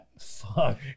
Fuck